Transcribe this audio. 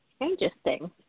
Interesting